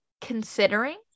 considering